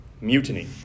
Mutiny